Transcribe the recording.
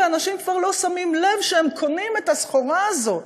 ואנשים כבר לא שמים לב שהם קונים את הסחורה הזאת,